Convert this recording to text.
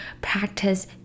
practice